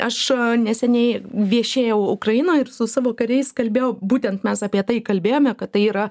aš neseniai viešėjau ukrainoj ir su savo kariais kalbėjau būtent mes apie tai kalbėjome kad tai yra